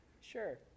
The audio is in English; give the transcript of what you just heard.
Sure